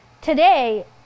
today